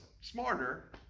smarter